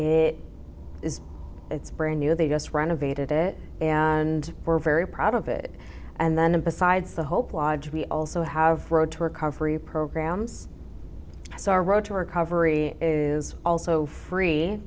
it is it's brand new vegas renovated it and we're very proud of it and then and besides the whole plods we also have road to recovery programs so our road to recovery is also free